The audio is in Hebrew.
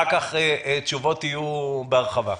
אחר כך תשובות יהיו בהרחבה.